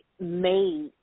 made